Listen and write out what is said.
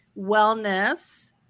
Wellness